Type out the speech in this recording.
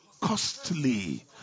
costly